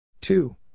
Two